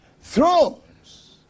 Thrones